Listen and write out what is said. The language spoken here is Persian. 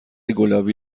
گلابی